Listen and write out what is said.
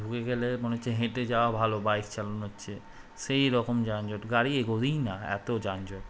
ঢুকে গেলে মনে হচ্ছে হেঁটে যাওয়া ভালো বাইক চালানোর চেয়ে সেই রকম যানজট গাড়ি এগোবেই না এত যানজট